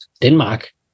Denmark